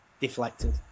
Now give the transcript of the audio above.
deflected